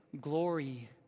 glory